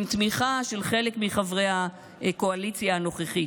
עם תמיכה של חלק מחברי הקואליציה הנוכחית.